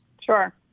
Sure